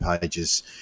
Page's